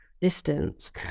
distance